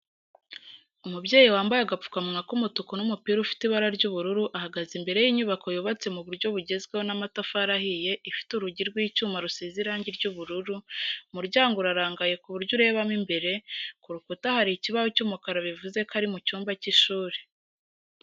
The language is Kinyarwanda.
Umubyeyi wambaye agapfukamunwa k'umutuku n'umupira ufite ibara ry'ubururu ahagaze imbere y'inyubako yubatse mu buryo bugezweho n'amatafari ahiye ifite urugi rw'icyuma rusize irangi ry'ubururu, umuryango urarangaye ku buryo urebamo imbere, ku rukuta hari ikibaho cy'umukara bivuze ko ari mu cyumba cy'ishuri.